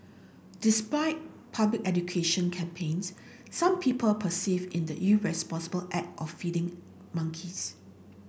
despite public education campaigns some people in the irresponsible act of feeding monkeys